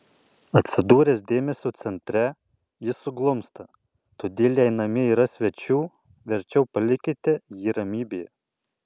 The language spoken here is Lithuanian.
atsidūręs dėmesio centre jis suglumsta todėl jei namie yra svečių verčiau palikite jį ramybėje